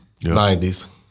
90s